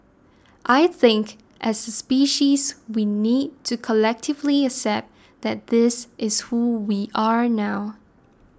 I think as a species we need to collectively accept that this is who we are now